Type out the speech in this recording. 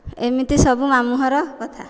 ଏମିତି ସବୁ ମାମୁଁ ଘର କଥା